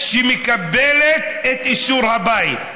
מושחתת שמקבלת את אישור הבית.